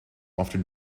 after